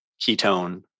ketone